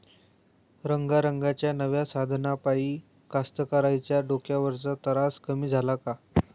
रंगारंगाच्या नव्या साधनाइपाई कास्तकाराइच्या डोक्यावरचा तरास कमी झाला का?